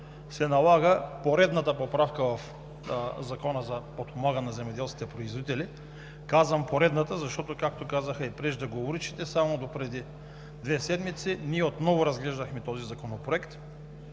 се налага поредната поправка в Закона за подпомагане на земеделските производители. Казвам „поредната“, защото както казаха и преждеговорившите, само допреди две седмици отново разглеждахме този Законопроект.